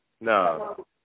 No